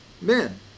men